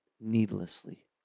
needlessly